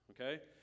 okay